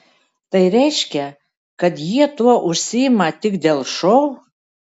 tai reiškia kad jie tuo užsiima tik dėl šou